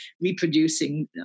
reproducing